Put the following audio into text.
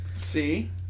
See